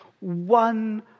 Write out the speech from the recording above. one